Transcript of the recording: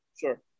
Sure